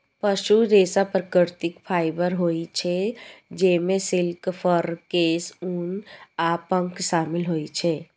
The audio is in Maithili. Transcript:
पशु रेशा प्राकृतिक फाइबर होइ छै, जइमे सिल्क, फर, केश, ऊन आ पंख शामिल होइ छै